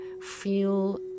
Feel